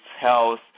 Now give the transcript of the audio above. health